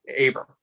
Abram